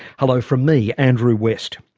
hello from me, andrew west.